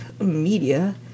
Media